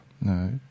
No